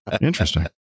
Interesting